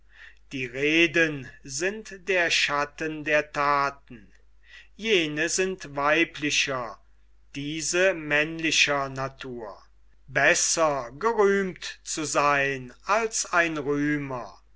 die reden sind der schatten der thaten jene sind weiblicher diese männlicher natur besser gerühmt zu seyn als ein rühmer